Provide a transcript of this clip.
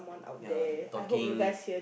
ya talking